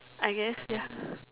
I guess ya